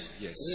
Yes